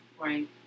Right